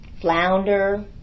flounder